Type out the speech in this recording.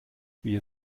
wir